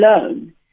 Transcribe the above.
alone